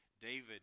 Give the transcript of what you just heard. David